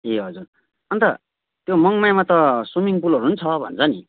ए हजुर अन्त त्यो मङमायामा त स्विमिङ पुलहरू पनि छ भन्छ नि